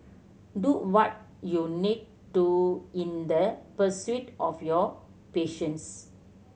do what you need to in the pursuit of your passions